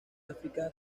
áfrica